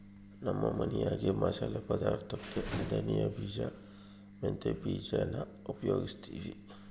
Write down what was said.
ನಮ್ಮ ಮನ್ಯಾಗ ಮಸಾಲೆ ಪದಾರ್ಥುಕ್ಕೆ ಧನಿಯ ಬೀಜ, ಮೆಂತ್ಯ ಬೀಜಾನ ಉಪಯೋಗಿಸ್ತೀವಿ